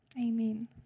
Amen